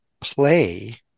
play